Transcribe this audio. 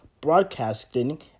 broadcasting